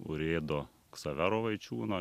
urėdo ksavero vaičiūno